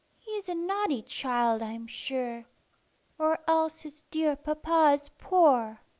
he is a naughty child, i'm sure or else his dear papa is poor.